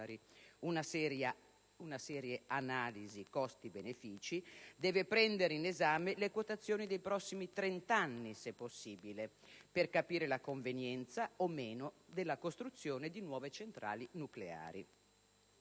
Una seria analisi costi-benefici deve prendere in esame le quotazioni dei prossimi 30 anni, se possibile, per capire la convenienza o meno della costruzione di nuove centrali nucleari.